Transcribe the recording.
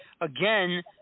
again